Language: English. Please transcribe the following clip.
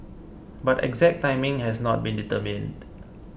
but exact timing has not been determined